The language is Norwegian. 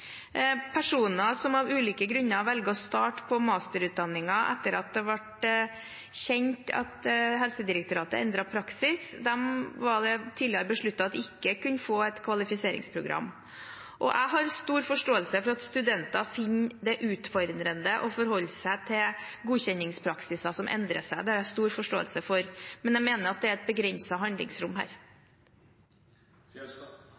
personer som av ulike grunner velger å starte på masterutdanningen etter at det ble kjent at Helsedirektoratet endret praksis, var det tidligere besluttet at de ikke kunne få et kvalifiseringsprogram. Jeg har stor forståelse for at studenter finner det utfordrende å forholde seg til godkjenningspraksiser som endrer seg – det har jeg stor forståelse for – men jeg mener at det er et begrenset handlingsrom